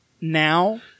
now